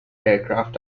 aircraft